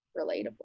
relatable